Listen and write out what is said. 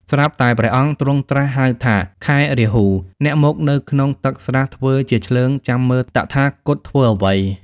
ស្រាប់តែព្រះអង្គទ្រង់ត្រាស់ហៅថា "ខែរាហូ! អ្នកមកនៅក្នុងទឹកស្រះធ្វើជាឈ្លើងចាំមើលតថាគតធ្វើអ្វី?។